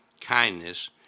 kindness